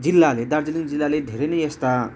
जिल्लाले दार्जिलिङ जिल्लाले धेरै नै यस्ता